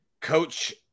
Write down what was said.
Coach